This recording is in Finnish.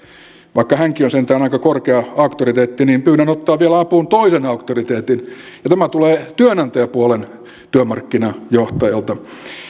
vaikka hänkin on sentään aika korkea auktoriteetti niin pyydän ottaa apuun vielä toisen auktoriteetin ja tämä tulee työnantajapuolen työmarkkinajohtajalta